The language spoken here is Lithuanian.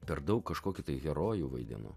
per daug kažkokį tai herojų vaidinu